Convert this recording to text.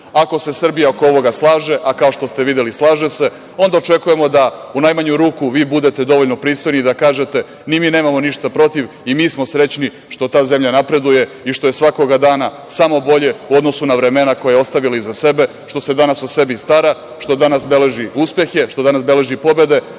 Ako se Srbija oko ovoga slaže, a kao što ste videli, slaže se, onda očekujemo da u najmanju ruku vi budete dovoljno pristojni i da kažete – ni mi nemamo ništa protiv i mi smo srećni što ta zemlja napreduje i što je svakog dana samo bolje u odnosu na vremena koja je ostavila iza sebe, što se danas o sebi stara, što danas beleži uspehe, što beleži pobede,